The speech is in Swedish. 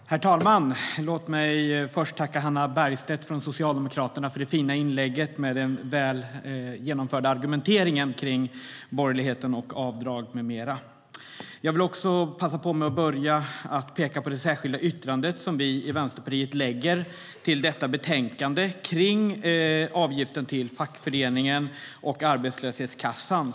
Herr talman! Låt mig först tacka Hannah Bergstedt från Socialdemokraterna för det fina inlägget och den väl förda argumenteringen om borgerligheten, avdrag med mera. Jag vill också passa på att peka på det särskilda yttrande om avgiften till fackföreningen och arbetslöshetskassan vi i Vänsterpartiet lägger till detta betänkande.